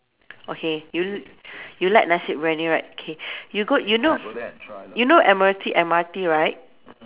okay you l~ you like nasi-biryani right okay you go you know you know Admiralty M_R_T right